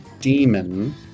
demon